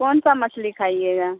کون سا مچھلی کھائیے گا